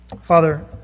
Father